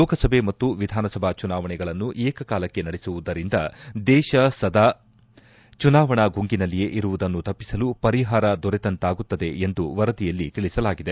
ಲೋಕಸಭೆ ಮತ್ತು ವಿಧಾನಸಭಾ ಚುನಾವಣೆಗಳನ್ನು ಏಕ ಕಾಲಕ್ಷೆ ನಡೆಸುವುದರಿಂದ ದೇಶ ಸದಾ ಚುನಾವಣಾ ಗುಂಗಿನಲ್ಲಿಯೇ ಇರುವುದನ್ನು ತಪ್ಪಿಸಲು ಪರಿಹಾರ ದೊರೆತಂತಾಗುತ್ತದೆ ಎಂದು ವರದಿಯಲ್ಲಿ ತಿಳಿಸಲಾಗಿದೆ